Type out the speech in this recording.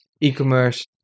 e-commerce